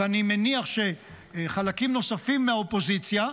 ואני מניח שחלקים נוספים מהאופוזיציה,